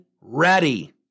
ready